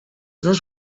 dos